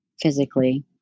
physically